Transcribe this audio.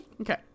Okay